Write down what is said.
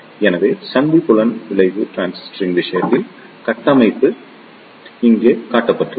எனவே சந்தி புலம் விளைவு டிரான்சிஸ்டரின் விஷயத்தில் கட்டமைப்பு இங்கே காட்டப்பட்டுள்ளது